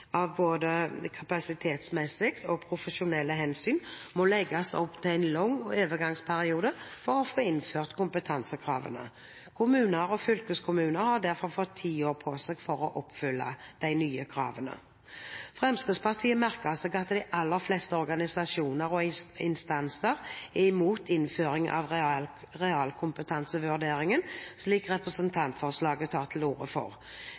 både av kapasitetsmessige og profesjonelle hensyn må legges opp til en lang overgangsperiode for å få innført kompetansekravene. Kommuner og fylkeskommuner har derfor fått ti år på seg for å oppfylle de nye kravene. Fremskrittspartiet merker seg at de aller fleste organisasjoner og instanser er imot innføring av realkompetansevurdering, slik representantforslaget tar til orde for.